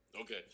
Okay